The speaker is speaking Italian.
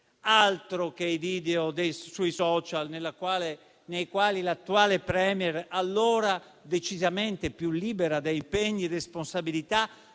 altro che i video sui *social* nei quali l'attuale *Premier*, allora decisamente più libera da impegni e responsabilità,